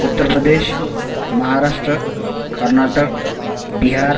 Uttar Pradesh Maharashtra Karnataka Bihar